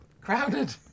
Crowded